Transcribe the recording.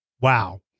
Wow